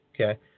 okay